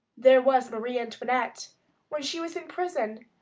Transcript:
there was marie antoinette when she was in prison,